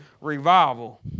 revival